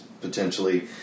potentially